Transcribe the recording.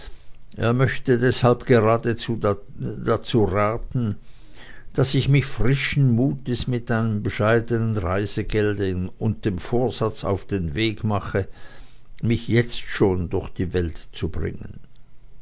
er möchte deshalb geradezu raten daß ich mich frischen mutes mit einem bescheidenen reisegelde und dem vorsatze auf den weg mache mich jetzt schon durch die welt zu bringen